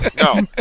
No